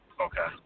Okay